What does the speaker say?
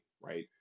right